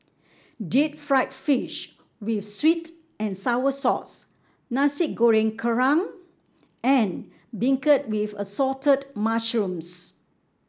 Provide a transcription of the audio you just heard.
Deep Fried Fish with sweet and sour sauce Nasi Goreng Kerang and beancurd with Assorted Mushrooms